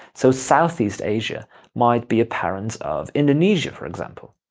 so southeast asia might be a parent of indonesia, for example.